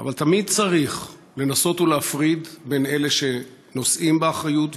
אבל תמיד צריך לנסות להפריד בין אלה שנושאים באחריות,